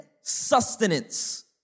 sustenance